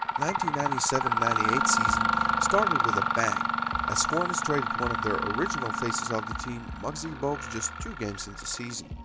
ninety ninety seven ninety eight season started with a bang as hornets traded one of their original faces of the team muggsy bogues just two games into season.